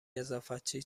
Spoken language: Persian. نظافتچی